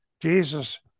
Jesus